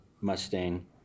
Mustang